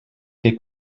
què